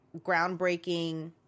groundbreaking